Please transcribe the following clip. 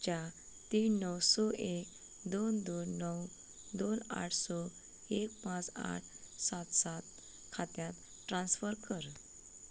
चार तीन णव स एक दोन दोन णव दोन आठ स एक पांच आठ सात सात खात्यांत ट्रान्स्फर कर